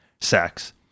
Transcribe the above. sex